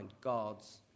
God's